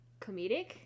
comedic